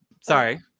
sorry